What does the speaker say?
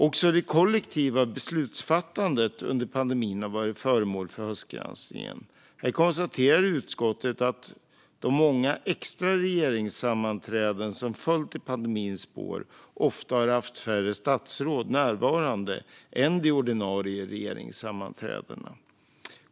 Också det kollektiva beslutsfattandet under pandemin har varit föremål för höstgranskningen. Här konstaterar utskottet att de många extra regeringssammanträden som följt i pandemins spår ofta har haft färre statsråd närvarande än de ordinarie regeringssammanträdena.